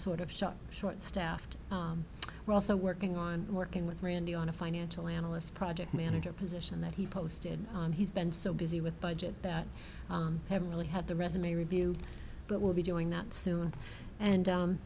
sort of shot short staffed we're also working on working with randy on a financial analyst project manager position that he posted on he's been so busy with budget that i haven't really had the resume review but will be doing that soon and